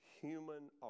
human